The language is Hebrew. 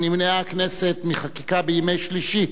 נמנעה הכנסת מחקיקה בימי שלישי,